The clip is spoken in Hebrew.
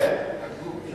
אפשר לקבל תרגום?